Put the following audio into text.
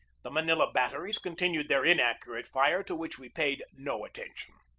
the manila batteries continued their inac curate fire, to which we paid no attention.